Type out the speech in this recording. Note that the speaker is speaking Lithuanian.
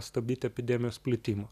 stabdyti epidemijos plitimą